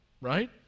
right